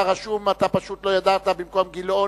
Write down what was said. אתה רשום, אתה פשוט לא ידעת, אתה במקום גילאון.